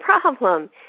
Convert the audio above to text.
problem